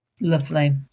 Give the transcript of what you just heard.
lovely